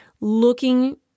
looking